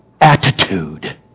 attitude